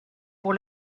pour